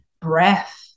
breath